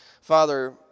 Father